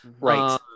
right